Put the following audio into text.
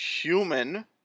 human